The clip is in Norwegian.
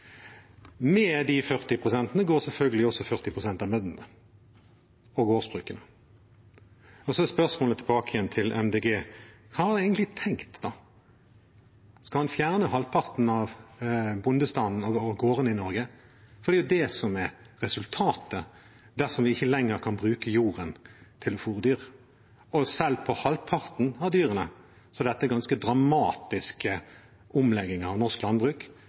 Med de 40 pst. går selvfølgelig også 40 pst. av bøndene og gårdsbrukene ut. Så er spørsmålet tilbake igjen til Miljøpartiet De Grønne: Hva har man egentlig tenkt da? Skal man fjerne halvparten av bondestanden og gårdene i Norge? For det er jo det som er resultatet, dersom vi ikke lenger kan bruke jorden til å fôre dyr. Og selv med halvparten av dyrene er dette ganske dramatiske omlegginger av norsk landbruk.